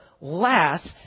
last